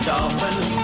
Dolphins